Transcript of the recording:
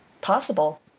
possible